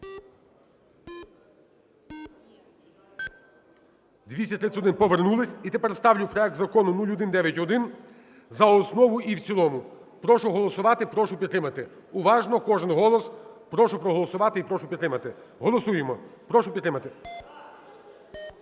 За-231 Повернулись. І тепер ставлю проект Закону 0191 за основу і в цілому. Прошу голосувати, прошу підтримати. Уважно, кожен голос, прошу проголосувати і прошу підтримати. Голосуємо, прошу підтримати.